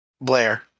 Blair